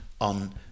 on